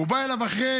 הבן בא אליו אחרי